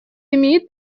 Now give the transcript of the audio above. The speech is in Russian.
имеет